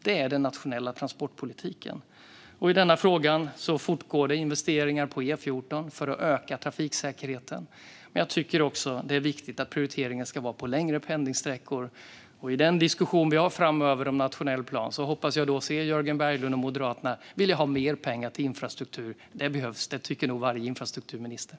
Det är den nationella transportpolitiken. I denna fråga fortgår det investeringar på E14 för att öka trafiksäkerheten. Men jag tycker också att det är viktigt att prioriteringen ska ske på längre pendlingssträckor. I den diskussion som vi ska ha framöver om nationell plan hoppas jag se att Jörgen Berglund och Moderaterna vill ha mer pengar till infrastruktur. Det behövs. Det tycker nog varje infrastrukturminister.